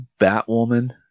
Batwoman